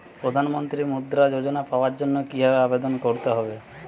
প্রধান মন্ত্রী মুদ্রা যোজনা পাওয়ার জন্য কিভাবে আবেদন করতে হবে?